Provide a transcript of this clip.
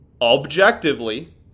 objectively